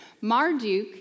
Marduk